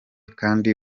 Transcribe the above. kandi